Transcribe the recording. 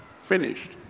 finished